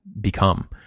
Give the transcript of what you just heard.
become